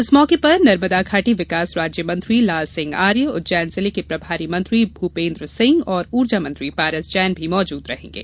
इस मौके पर नर्मदा घाटी विकास राज्यमंत्री लालसिंह आर्य उज्जैन जिले के प्रभारी मंत्री भूपेन्द्र सिंह और ऊर्जामंत्री पारस जैन मौजूद रहेंगे